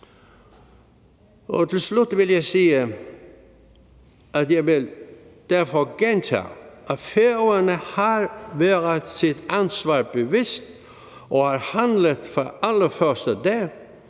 Til slut vil jeg derfor gentage, at Færøerne har været sig sit ansvar bevidst og har handlet fra allerførste dag.